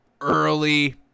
early